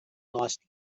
lost